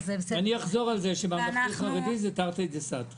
אחזור על זה שממלכתי-חרדי זה תרתי דסתרי.